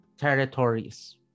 territories